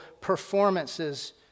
performances